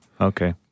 Okay